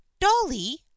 dolly